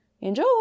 enjoy